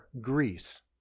Greece